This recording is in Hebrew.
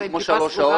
משהו כמו שלוש שעות